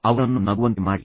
ಅವರನ್ನು ನಗುವಂತೆ ಮಾಡಿ